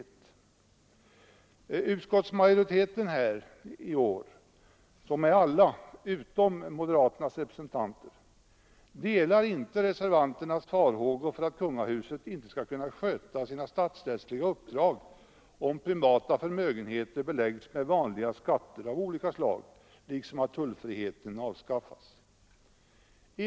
Årets utskottsmajoritet, som består av alla ledamöter utom moderaterna, delar inte reservanternas farhågor för att kungahuset inte skall kunna sköta sina statsrättsliga uppdrag, om privata förmögenheter beläggs med vanliga skatter av olika slag liksom om tullfriheten avskaffas.